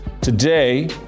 Today